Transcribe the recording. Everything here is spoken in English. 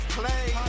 play